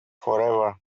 forever